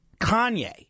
Kanye